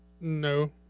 no